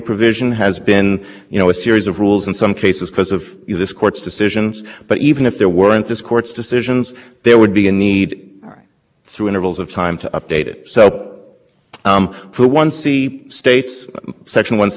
are texas alabama south carolina and georgia and we address them in sections one a and b that is a different story because it is not our contention for example that texas should have no emissions budget it's our contention that it should be a higher emissions budget